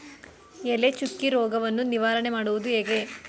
ಎಲೆ ಚುಕ್ಕಿ ರೋಗವನ್ನು ನಿವಾರಣೆ ಮಾಡುವುದು ಹೇಗೆ?